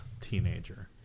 teenager